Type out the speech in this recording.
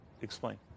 Explain